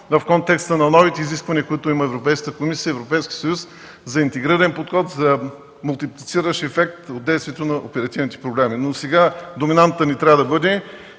в контекста на новите изисквания, които имат Европейската комисия и Европейският съюз за интегриран подход, за мултиплициращ ефект от действието на оперативните програми. Сега доминантата ни трябва да бъде